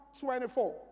24